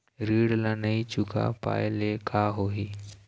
ऋण ला नई चुका पाय ले का होही?